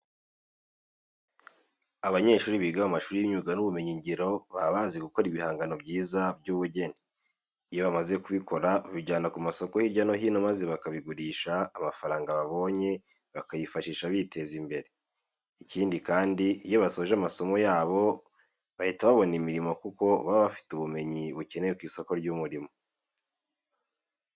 Abanyeshuri biga mu mashuri y'imyuga n'ubumenyingiro baba bazi gukora ibihangano byiza by'ubugeni. Iyo bamaze kubikora babijyana ku masoko hirya no hino maze bakabigurisha, amafaranga babonye bakayifashisha biteza imbere. Ikindi kandi, iyo basoje amasomo yabo bahita babona imirimo kuko baba bafite ubumenyi bukenewe ku isoko ry'umurimo.